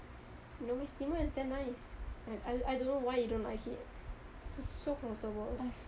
no my selimut is damn nice I don't know why you don't like it so comfortable